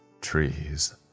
Trees